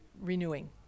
renewing